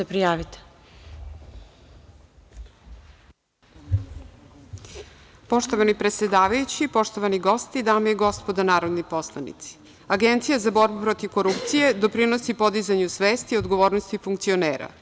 Poštovani predsedavajući, poštovani gosti, dame i gospodo narodni poslanici, Agencija za borbu protiv korupcije doprinosi podizanju svesti i odgovornosti funkcionera.